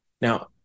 Now